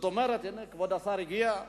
כבוד השר הגיע?